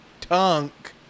tunk